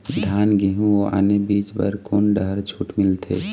धान गेहूं अऊ आने बीज बर कोन डहर छूट मिलथे?